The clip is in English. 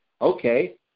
Okay